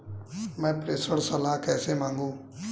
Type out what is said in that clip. मैं प्रेषण सलाह कैसे मांगूं?